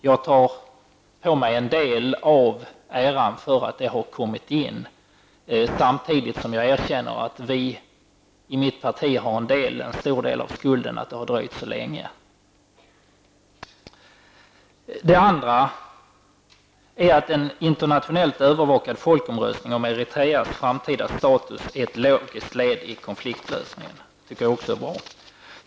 Jag tar åt mig en del av äran för att uttalandet har kommit med, samtidigt som jag erkänner att mitt parti har en stor del av skulden till att det har dröjt så länge. En annan sak är att en internationellt övervakad folkomröstning om Eritreas framtida status är ett logiskt led i konfliktlösningen. Även detta tycker jag är bra.